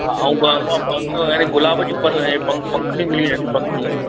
हा ऐं गुलाब जूं पर पंख पंख पंखुड़ी मिली वेंदी पंखुड़ियूं